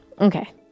okay